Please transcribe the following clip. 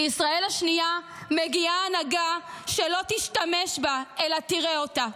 לישראל השנייה מגיעה הנהגה שלא תשתמש בה אלא תראה אותה,